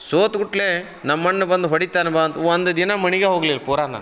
ಸೋತ್ಬಿಟ್ಲೇ ನಮ್ಮಣ್ಣ ಬಂದು ಹೊಡಿತಾನ ಬಾ ಅಂದು ಒಂದು ದಿನ ಮನೆಗೆ ಹೋಗಲಿಲ್ಲ ಪೂರ ನಾನು